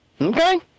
Okay